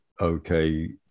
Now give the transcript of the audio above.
okay